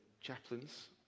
chaplains